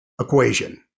equation